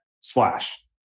splash